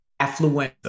affluenza